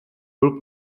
byl